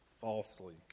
falsely